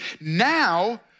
now